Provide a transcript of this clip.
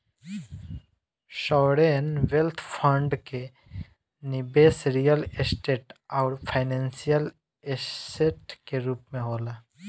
sovereign wealth fund के निबेस real estate आउरी फाइनेंशियल ऐसेट के रूप में होला